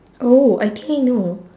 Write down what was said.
oh I think I know